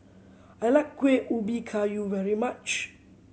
I like Kuih Ubi Kayu very much